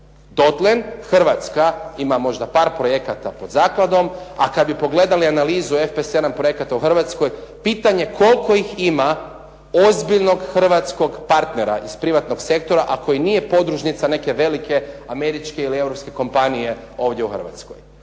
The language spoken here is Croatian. Dotle, Hrvatska ima možda par projekata pod zakladom, a kad bi pogledali analizu FP7 projekata u Hrvatskoj pitanje koliko ih ima ozbiljnog hrvatskog partnera iz privatnog sektora, a koji nije podružnica neke velike američke ili europske kompanije ovdje u Hrvatskoj.